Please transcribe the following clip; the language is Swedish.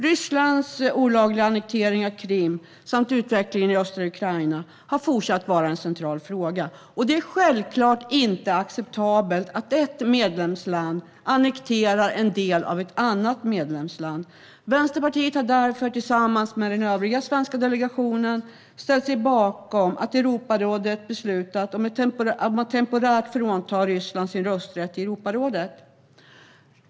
Rysslands olagliga annektering av Krim samt utvecklingen i östra Ukraina har fortsatt att vara en central fråga. Det är självklart inte acceptabelt att ett medlemsland annekterar en del av ett annat medlemsland. Vänsterpartiet har därför tillsammans med den övriga svenska delegationen ställt sig bakom Europarådets beslut om att temporärt frånta Ryssland deras rösträtt i Europarådet.